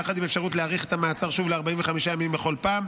יחד עם אפשרות להאריך את המעצר שוב ל-45 ימים בכל פעם,